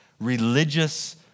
religious